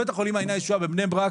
בית החולים מעייני הישועה בבני ברק